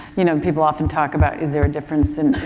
you know, people often talk about is there difference in,